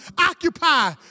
occupy